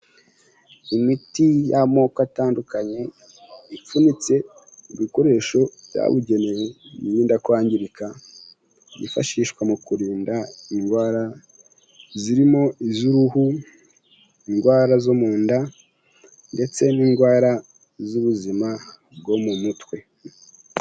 Imiti y'amoko atandukanye ipfunitse ibikoresho byabugenewe biyirinda kwangirika byifashishwa mu kurinda indwara zirimo iz'uruhu, indwara zo mu nda ndetse n'indwara z'ubuzima bwo mu mutwe.